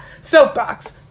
soapbox